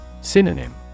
Synonym